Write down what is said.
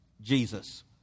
Jesus